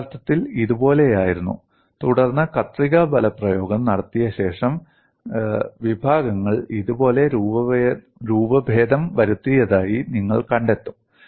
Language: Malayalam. ഇത് യഥാർത്ഥത്തിൽ ഇതുപോലെയായിരുന്നു തുടർന്ന് കത്രിക ബലപ്രയോഗം നടത്തിയ ശേഷം വിഭാഗങ്ങൾ ഇതുപോലെ രൂപഭേദം വരുത്തിയതായി നിങ്ങൾ കണ്ടെത്തും